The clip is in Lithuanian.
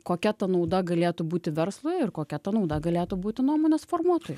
kokia ta nauda galėtų būti verslui ir kokia ta nauda galėtų būti nuomonės formuotojai